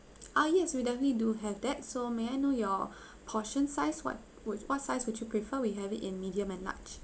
ah yes we definitely do have that so may I know your portion size what would what size would you prefer we have it in medium and large